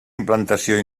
implantació